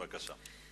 בבקשה.